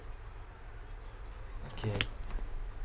okay